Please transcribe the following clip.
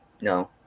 no